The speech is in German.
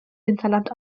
hinterland